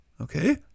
Okay